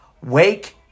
wake